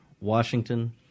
Washington